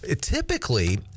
Typically